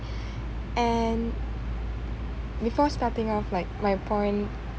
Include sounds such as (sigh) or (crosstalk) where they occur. (breath) and before starting off like my point